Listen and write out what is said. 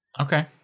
Okay